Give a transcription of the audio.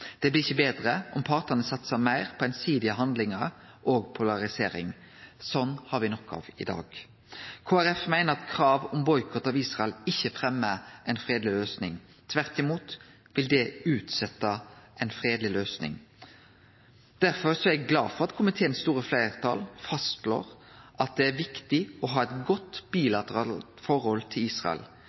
Det blir ikkje betre om partane satsar meir på einsidige handlingar og polarisering. Det har me nok av i dag. Kristeleg Folkeparti meiner at krav om boikott av Israel ikkje fremjar ei fredeleg løysing. Tvert imot vil det utsetje ei fredeleg løysing. Derfor er eg glad for at det store fleirtalet i komiteen fastslår at det er viktig å ha eit godt bilateralt forhold til Israel.